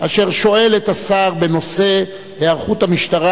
אשר שואל את השר בנושא: היערכות המשטרה